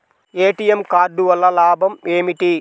ATM card వల్ల లాభం ఏమిటి?